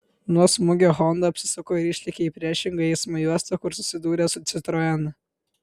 nuo smūgio honda apsisuko ir išlėkė į priešingą eismo juostą kur susidūrė su citroen